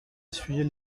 essuyer